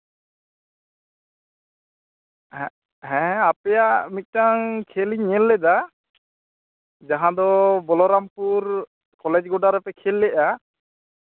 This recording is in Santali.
ᱦᱮᱸ ᱦᱮᱸ ᱟᱯᱮᱭᱟᱜ ᱢᱤᱫᱴᱟᱝ ᱠᱷᱮᱹᱞᱤᱧ ᱧᱮᱞ ᱞᱮᱫᱟ ᱡᱟᱦᱟᱸ ᱫᱚ ᱵᱚᱞᱚᱨᱟᱢᱯᱩᱨ ᱠᱚᱞᱮᱡᱽ ᱜᱚᱰᱟ ᱨᱮᱯᱮ ᱠᱷᱮᱞ ᱞᱮᱫᱟ